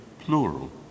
plural